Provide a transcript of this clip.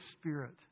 Spirit